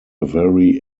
very